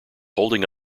holding